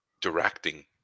directing